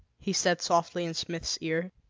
he said softly in smith's ear.